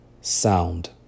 sound